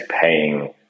paying